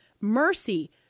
Mercy